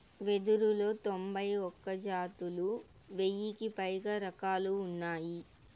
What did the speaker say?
వెదురులో తొంభై ఒక్క జాతులు, వెయ్యికి పైగా రకాలు ఉన్నాయి